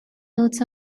notes